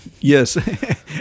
Yes